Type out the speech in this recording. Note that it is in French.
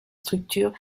structures